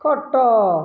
ଖଟ